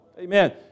Amen